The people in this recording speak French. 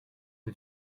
que